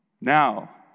Now